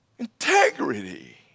Integrity